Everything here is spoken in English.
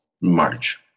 March